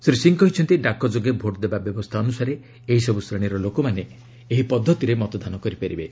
ଶ୍ରୀ ସିଂହ କହିଛନ୍ତି ଡାକ ଯୋଗେ ଭୋଟ୍ ଦେବା ବ୍ୟବସ୍ଥା ଅନୁସାରେ ଏହିସବୁ ଶ୍ରେଣୀର ଲୋକମାନେ ଏହି ପଦ୍ଧତିରେ ମତଦାନ କରିପାରିବେ